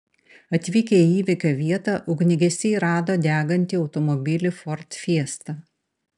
atvykę į įvykio vietą ugniagesiai rado degantį automobilį ford fiesta